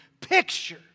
picture